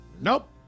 Nope